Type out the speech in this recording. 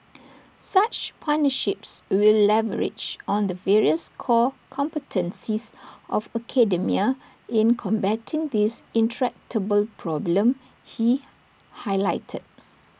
such partnerships will leverage on the various core competencies of academia in combating this intractable problem he highlighted